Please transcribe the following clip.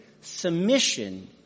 submission